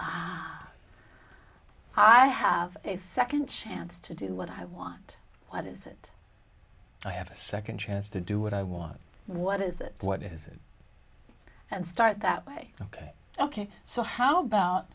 i have a second chance to do what i want what is it i have a second chance to do what i want what is it what is it and start that way ok ok so how about